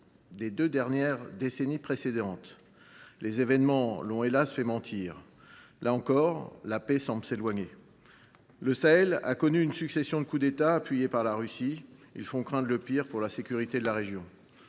des deux décennies précédentes. Les événements ne lui ont pas, hélas ! donné raison. Là aussi, la paix semble s’éloigner. Le Sahel a connu une succession de coups d’État, appuyés par la Russie, qui font craindre le pire pour la sécurité de la région.